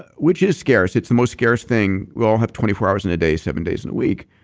which is scarce. it's the most scarce thing. we all have twenty four hours in a day, seven days in a week,